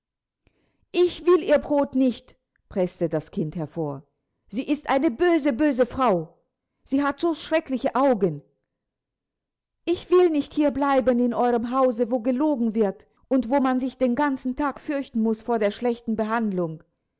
ich will ihr brot nicht preßte das kind hervor sie ist eine böse böse frau sie hat so schreckliche augen ich will nicht hier bleiben in euerem hause wo gelogen wird und wo man sich den ganzen tag fürchten muß vor der schlechten behandlung